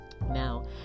now